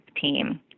team